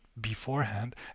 beforehand